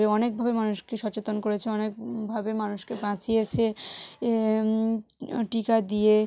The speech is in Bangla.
অনেকভাবে মানুষকে সচেতন করেছে অনেকভাবে মানুষকে বাঁচিয়েছে টিকা দিয়ে